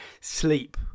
sleep